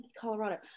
Colorado